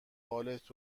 بالت